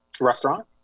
restaurant